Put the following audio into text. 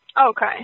Okay